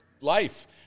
life